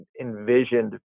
envisioned